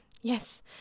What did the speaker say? Yes